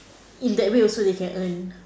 in that way also they can earn